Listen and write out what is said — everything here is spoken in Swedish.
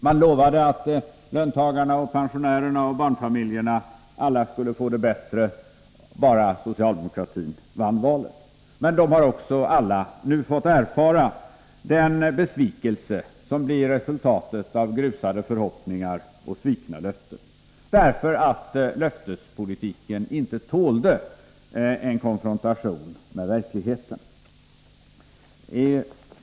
Man lovade att löntagarna, pensionärerna och barnfamiljerna alla skulle få det bättre, bara socialdemokratin vann valet, men de har också alla nu fått erfara den besvikelse som blir resultatet av grusade förhoppningar och svikna löften, därför att löftespolitiken inte tålde en konfrontation med verkligheten.